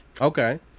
Okay